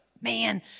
Man